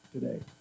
today